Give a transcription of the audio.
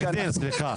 סליחה.